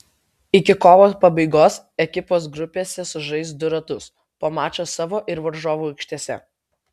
iki kovo pabaigos ekipos grupėse sužais du ratus po mačą savo ir varžovų aikštėse